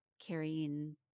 carrying